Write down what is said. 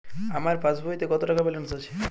আমার পাসবইতে কত টাকা ব্যালান্স আছে?